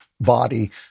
body